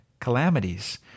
calamities